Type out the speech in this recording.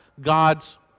God's